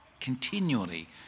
continually